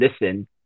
listen